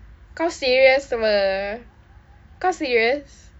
kau serious apa kau serious